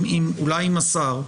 אולי עם השר,